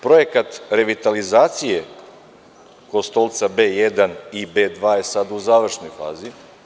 Projekat revitalizacije „Kostolca B1 i B2“ je sada u završnoj fazi.